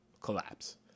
collapse